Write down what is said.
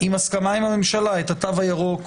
בהסכמה עם הממשלה את התו הירוק,